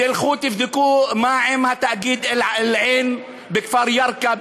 תלכו תבדקו מה עם התאגיד אל-עין בכפר ירכא,